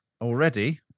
already